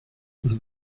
selten